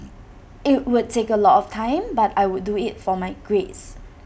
IT would take A lot of time but I would do IT for my grades